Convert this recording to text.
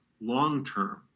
long-term